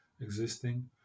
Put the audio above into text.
existing